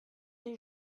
des